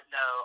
no